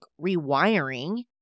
rewiring